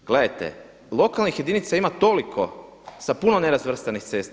Gledajte, lokalnih jedinica ima toliko sa puno nerazvrstanih cesta.